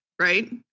right